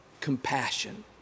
compassion